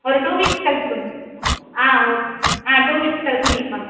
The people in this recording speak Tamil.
ஒரு டூ வீக்ஸ் கழித்து கொடுங்க ஆ ஓகே ஆ டூ வீக்ஸ் கழித்து மீட் பண்ணுவோம்